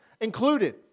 included